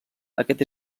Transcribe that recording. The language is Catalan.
aquest